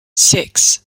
six